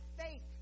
faith